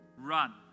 run